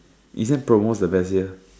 isn't promos the best year